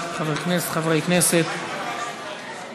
44 תומכים, 50 מתנגדים.